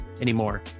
anymore